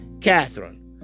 Catherine